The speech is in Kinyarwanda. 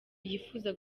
yifuza